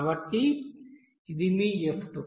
కాబట్టి ఇది మీ f2